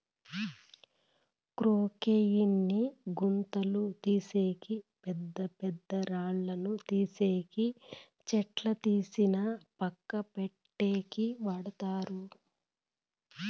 క్రొక్లేయిన్ ని గుంతలు తీసేకి, పెద్ద పెద్ద రాళ్ళను తీసేకి, చెట్లను తీసి పక్కన పెట్టేకి వాడతారు